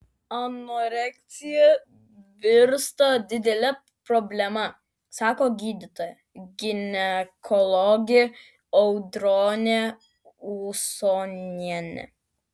anoreksija virsta didele problema sako gydytoja ginekologė audronė usonienė